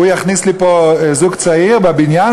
הוא יכניס לי פה זוג צעיר לבניין,